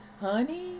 Honey